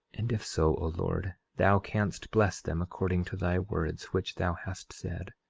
and if so, o lord, thou canst bless them according to thy words which thou hast said.